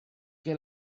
che